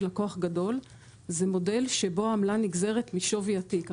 לקוח גדול זה מודל שבו העמלה נגזרת משווי התיק.